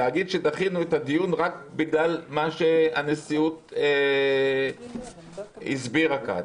ולהגיד שדחינו את הדיון רק בגלל מה שהנשיאות הסבירה כאן,